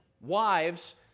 wives